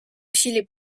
усилий